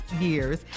years